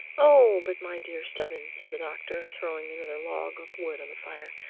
oh, but my dear stubbins, said the doctor, throwing another log of wood on the fire,